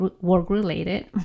work-related